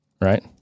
Right